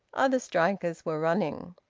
other strikers were running.